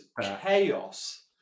chaos